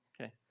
Okay